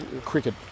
cricket